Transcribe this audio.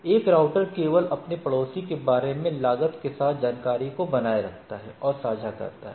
एक राउटर केवल अपने पड़ोसियों के बारे में लागत के साथ जानकारी को बनाए रखता है और साझा करता है